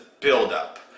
buildup